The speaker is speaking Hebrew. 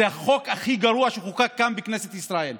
זה החוק הכי גרוע שחוקק כאן בכנסת ישראל.